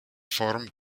form